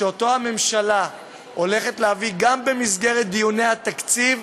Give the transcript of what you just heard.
הממשלה הולכת להביא אותו גם במסגרת דיוני התקציב.